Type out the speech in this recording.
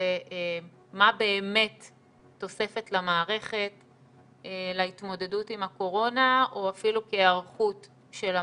מה באמת תוספת למערכת להתמודדות עם הקורונה או אפילו כהיערכות של המערכת,